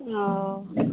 ओ